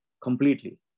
completely